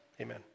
Amen